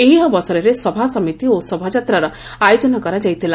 ଏହି ଅବସରରେ ସଭାସମିତି ଓ ଶୋଭାଯାତ୍ରାର ଆୟୋଜନ କରାଯାଇଥିଲା